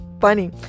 funny